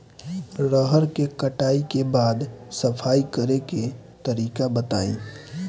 रहर के कटाई के बाद सफाई करेके तरीका बताइ?